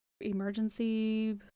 emergency